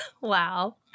Wow